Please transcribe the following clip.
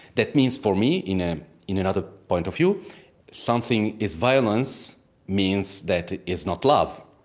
that means for me in ah in another point of view something is violence means that it is not love.